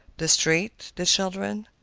the street, the children,